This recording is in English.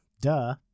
Duh